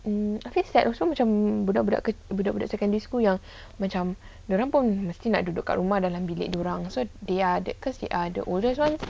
um I feel sad also macam budak-budak kecil budak-budak secondary school yang macam dia orang nak duduk dekat rumah dalam bilik dia orang because they are because they are the oldest [one]